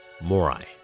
Morai